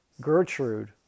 Gertrude